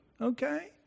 okay